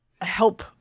help